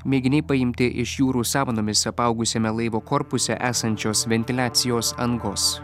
mėginiai paimti iš jūrų samanomis apaugusiame laivo korpuse esančios ventiliacijos angos